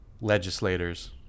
legislators